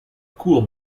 court